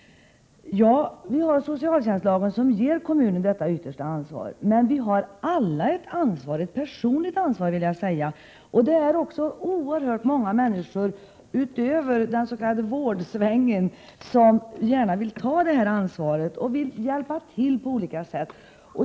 Det är riktigt att socialtjänstlagen ger kommunen detta yttersta ansvar. Men vi har alla ett ansvar -— ett personligt ansvar. Det är också oerhört många människor utöver dem som ingår i den s.k. vårdsvängen som gärna vill ta ansvar och hjälpa till på olika sätt.